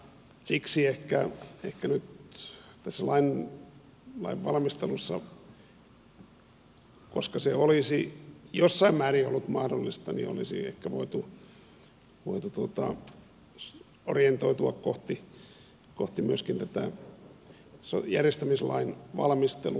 siksi nyt tässä lainvalmistelussa koska se olisi jossain määrin ollut mahdollista olisi ehkä voitu orientoitua myöskin kohti tätä järjestämislain valmistelun sisältöä